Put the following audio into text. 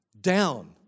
down